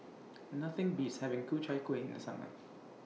Nothing Beats having Ku Chai Kuih in The Summer